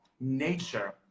nature